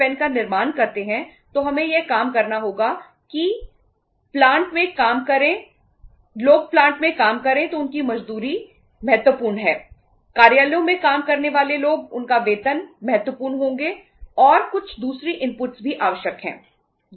पहला इनपुट भी आवश्यक हैं